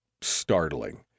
startling